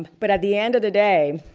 but at the end of the day,